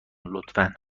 لطفا